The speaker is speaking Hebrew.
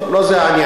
טוב, לא זה העניין.